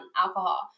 alcohol